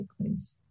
please